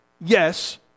Yes